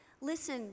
Listen